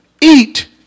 eat